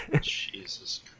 Jesus